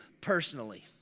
personally